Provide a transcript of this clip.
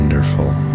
Wonderful